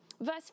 Verse